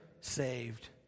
saved